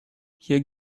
hier